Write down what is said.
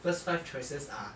first five choices are